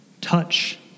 touch